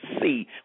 see